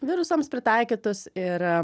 virusams pritaikytus ir